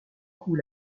coup